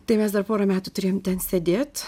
tai mes dar porą metų turėjom ten sėdėt